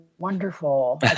Wonderful